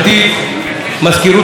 מזכירות הכנסת,